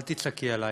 אל תצעקי עלי.